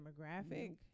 demographic